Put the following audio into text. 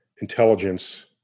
intelligence